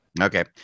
Okay